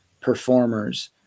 performers